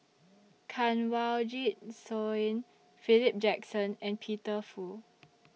Kanwaljit Soin Philip Jackson and Peter Fu